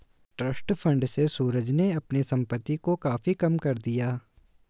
trust fund से सूरज ने अपने संपत्ति कर को काफी कम कर दिया